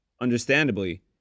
Understandably